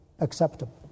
acceptable